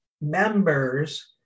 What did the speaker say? members